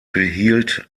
behielt